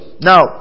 Now